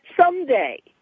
someday